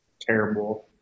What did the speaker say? terrible